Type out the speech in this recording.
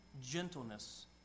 gentleness